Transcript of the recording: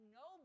no